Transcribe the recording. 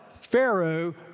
Pharaoh